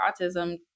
autism